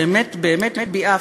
באמת באמת ביעף.